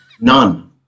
None